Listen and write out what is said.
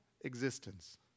existence